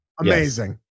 Amazing